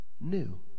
new